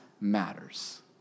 matters